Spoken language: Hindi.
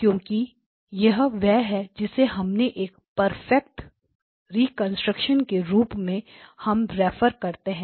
क्योंकि यह वह है जिसे हमने एक परफेक्ट रिकंस्ट्रक्शन के रूप में हम रेफर करते हैं